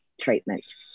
treatment